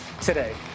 today